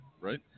right